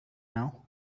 now